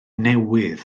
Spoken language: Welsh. newydd